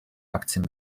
aktien